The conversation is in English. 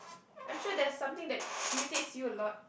I'm sure there's something that irritates you a lot